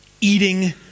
eating